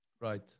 Right